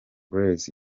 grace